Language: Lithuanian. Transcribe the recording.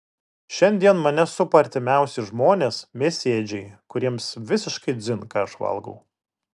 šiandien mane supa artimiausi žmonės mėsėdžiai kuriems visiškai dzin ką aš valgau